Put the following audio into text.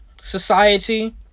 society